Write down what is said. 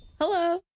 Hello